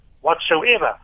whatsoever